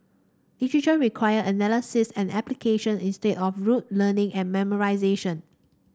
literature require analysis and application instead of rote learning and memorisation